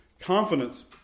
confidence